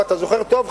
ואתה זוכר טוב,